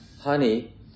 honey